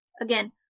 Again